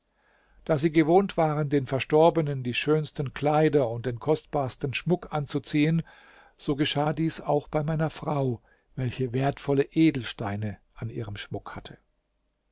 da sie gewohnt waren den verstorbenen die schönsten kleider und den kostbarsten schmuck anzuziehen so geschah dies auch bei meiner frau welche wertvolle edelsteine an ihrem schmuck hatte